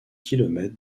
kilomètres